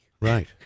Right